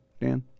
dan